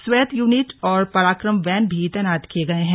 स्वैत unit और पराक्रम van भी तैनात किये गये हैं